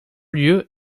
lieu